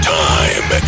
time